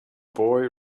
boy